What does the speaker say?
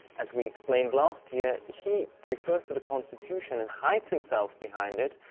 as we explained last year, he refers to the constitution, and hides himself behind it,